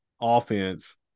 offense